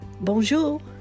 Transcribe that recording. Bonjour